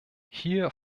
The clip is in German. hier